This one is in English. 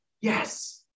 yes